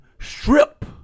strip